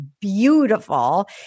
beautiful